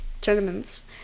tournaments